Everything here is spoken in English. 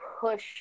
push